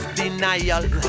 denial